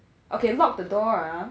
okay lock the door ah